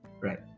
Right